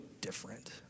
different